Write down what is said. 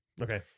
Okay